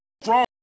strong